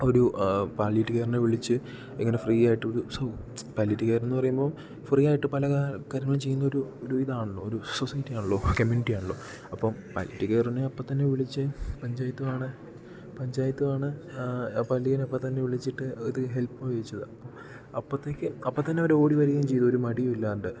ഒരു പാലിയേറ്റിവ് കെയറിനെ വിളിച്ചു ഇങ്ങനെ ഫ്രീ ആയിട്ട് ഒരു പാലിയേറ്റിവ് കെയർ എന്ന് പറയുമ്പോൾ ഫ്രീ ആയിട്ട് പല ആൾ കാര്യങ്ങളും ചെയ്യുന്ന ഒരു ഒരു ഇതാണല്ലോ ഒരു സൊസൈറ്റി ആണല്ലോ കമ്മ്യൂണിറ്റി ആണല്ലോ അപ്പം പാലിയേറ്റിവ് കെയറിനെ അപ്പം തന്നെ വിളിച്ചു പഞ്ചായത്ത് ആണ് പഞ്ചായത്ത് ആണ് അപ്പം തന്നെ വിളിച്ചിട്ട് ഇത് ഹെൽപ് ചോദിച്ചതാണ് അപ്പോഴത്തേക്ക് അപ്പം തന്നെ അവർ ഓടി വരികയും ചെയ്തു ഒരു മടിയും ഇല്ലാതെ